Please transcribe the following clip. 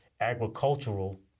agricultural